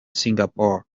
singapore